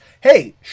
hey